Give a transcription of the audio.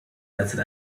netten